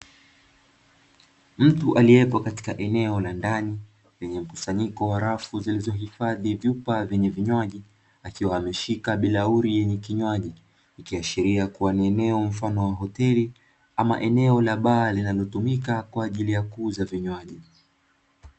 Mtu aliyepo katika eneo la ndani lenye mkusanyiko wa rafu zilizohifadhi vyuoa zenye vinywaji akiwa ameshika bilauli yenye kinywaji ikiashiria ni eneo mfano wa hoteli au eneo la baa linalotumika kwa ajili ya kuuza vinywaji.